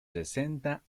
sesenta